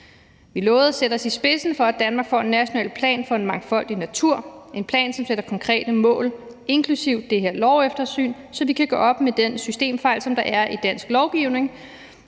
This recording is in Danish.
Vi lovede at sætte os i spidsen for, at Danmark får en national plan for en mangfoldig natur – en plan, som sætter konkrete mål inklusive det her loveftersyn, så vi kan gøre op med den systemfejl, der er i dansk lovgivning,